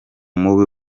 mubi